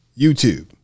YouTube